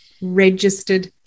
registered